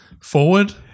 forward